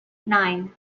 nine